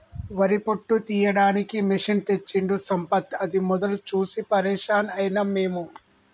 వరి పొట్టు తీయడానికి మెషిన్ తెచ్చిండు సంపత్ అది మొదలు చూసి పరేషాన్ అయినం మేము